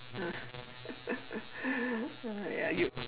ah !aiya!